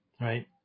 right